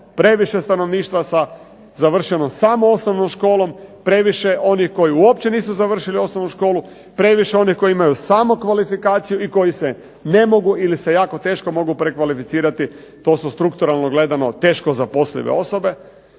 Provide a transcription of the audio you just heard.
previše stanovništva sa završenom samo osnovnom školom, previše onih koji uopće nisu završili osnovnu školu, previše onih koji imaju samo kvalifikaciju i koji se ne mogu ili se jako teško mogu prekvalificirati. To su strukturalno gledano teško zaposlive osobe.